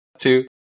two